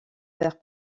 vers